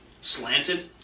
slanted